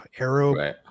arrow